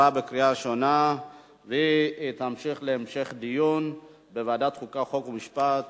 לוועדת החוקה, חוק ומשפט